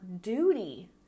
duty